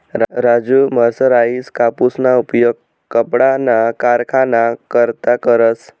Raju mercerised कापूसना उपयोग कपडाना कारखाना करता करस